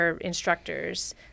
instructors